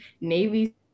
Navy